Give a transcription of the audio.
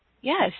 Yes